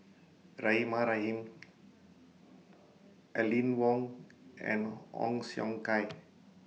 Rahimah Rahim Aline Wong and Ong Siong Kai